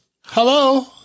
Hello